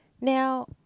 Now